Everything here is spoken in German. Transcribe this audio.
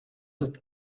ist